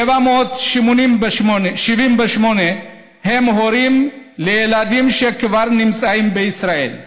788 הם הורים לילדים שכבר נמצאים בישראל,